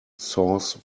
sauce